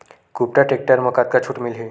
कुबटा टेक्टर म कतका छूट मिलही?